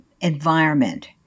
environment